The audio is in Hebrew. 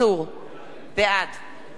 בעד פניה קירשנבאום,